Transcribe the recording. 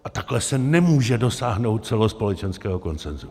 A takhle se nemůže dosáhnout celospolečenského konsenzu.